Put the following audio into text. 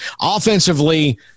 offensively